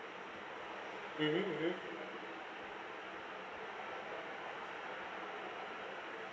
mmhmm mmhmm